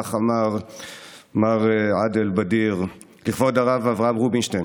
וכך אמר מר עאדל בדיר: לכבוד הרב אברהם רובינשטיין,